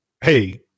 hey